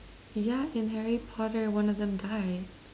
ya in Harry Potter one of them died